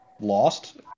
lost